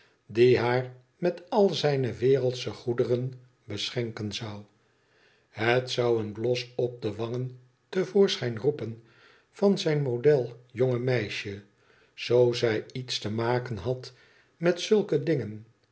die haar met al zijne wereldsche goederen beschenken zou het zou een blos op de wangen te voorschijn roepen van zijn model jong meisje zoo zij iets te maken had met zulke dingen